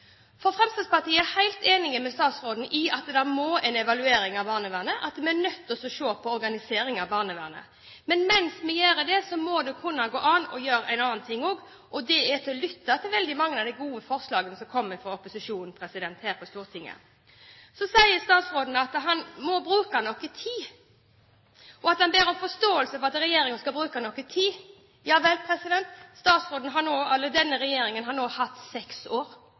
For Fremskrittspartiet er helt enig med statsråden i at det må en evaluering av barnevernet til, at vi er nødt til å se på organiseringen av barnevernet. Men mens vi gjør det, må det kunne gå an å gjøre en annen ting også, og det er å lytte til veldig mange av de gode forslagene som kommer fra opposisjonen her på Stortinget. Så sier statsråden at han må bruke noe tid, og han ber om forståelse for at regjeringen må bruke noe tid. Ja vel. Denne regjeringen har nå hatt seks år på seg. De har